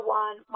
one